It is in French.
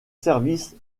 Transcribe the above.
service